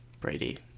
Brady